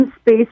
space